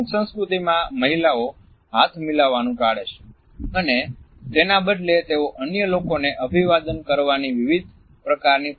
અમુક સંસ્કૃતિમાં મહિલાઓ હાથ મિલાવવાનું ટાળે છે અને તેના બદલે તેઓ અન્ય લોકોને અભિવાદન કરવાની વિવિધ પ્રકારની પરંપરાગત રીતનો ઉપયોગ કરે છે